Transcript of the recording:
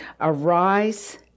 Arise